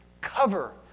cover